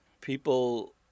People